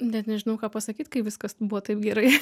net nežinau ką pasakyt kai viskas buvo taip gerai